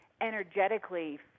energetically